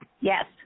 Yes